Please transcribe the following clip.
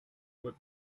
what